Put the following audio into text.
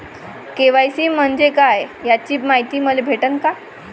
KYC म्हंजे काय याची मायती मले भेटन का?